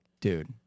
Dude